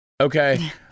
Okay